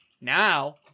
Now